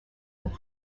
and